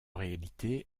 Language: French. réalité